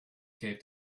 gave